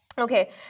Okay